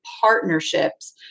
partnerships